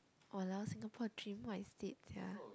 !walao! Singapore dream what is it sia